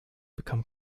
become